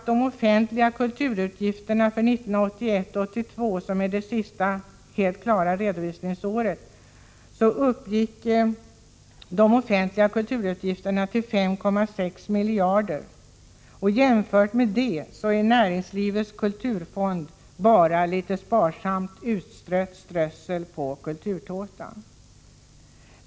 De offentliga kulturutgifterna för 1981/82, som är det senaste budgetåret med fullständig redovisning, uppgick till 5,6 miljarder. Jämfört med detta är Näringslivets kulturfond bara litet sparsamt utstrött strössel på kulturtårtan.